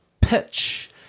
pitch